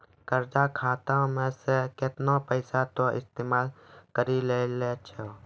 कर्जा खाता मे से केतना पैसा तोहें इस्तेमाल करि लेलें छैं